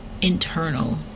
internal